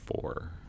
four